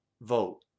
vote